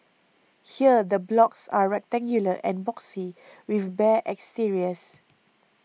here the blocks are rectangular and boxy with bare exteriors